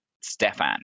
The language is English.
Stefan